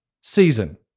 season